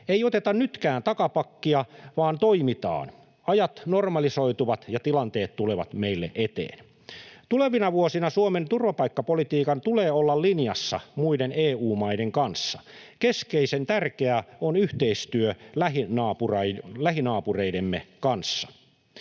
Ei oteta nytkään takapakkia vaan toimitaan. Ajat normalisoituvat, ja tilanteet tulevat meille eteen. Tulevina vuosina Suomen turvapaikkapolitiikan tulee olla linjassa muiden EU-maiden kanssa. Keskeisen tärkeää on yhteistyö lähinaapureidemme kanssa.